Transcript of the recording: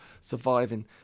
surviving